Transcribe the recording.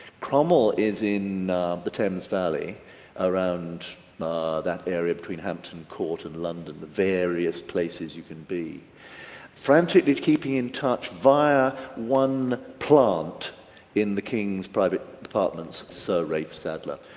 cromwell is in the thames valley around that area between hampton court in london the various places you can be frantically to keeping in touch via one plant in the kings private department, sir ralph sadler,